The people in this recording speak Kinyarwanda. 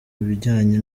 bijyanye